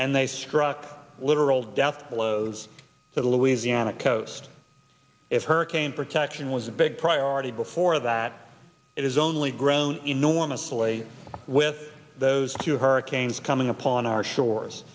and they struck a literal death close to the louisiana coast if hurricane protection was a big priority before that it is only grown enormously with those two hurricanes coming upon our shores